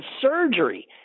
surgery